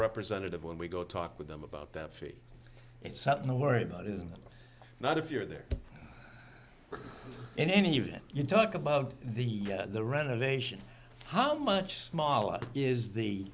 representative when we go talk with them about that feel it's not no worry about is not if you're there in any event you talk about the the renovation how much smaller is the